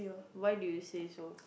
why do you say so